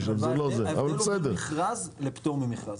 ההבדל הוא בין מכרז לפטור ממכרז.